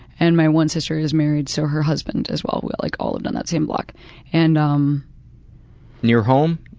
and my one sister is married so her husband as well, we like all lived on that same block. and um your home?